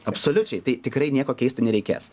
absoliučiai tai tikrai nieko keisti nereikės